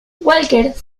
walker